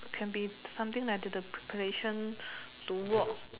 can be something like to do the preparation to work